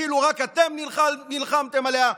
כאילו רק אתם נלחמתם עליה,